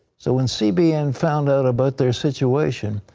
so when cbn found out about their situation,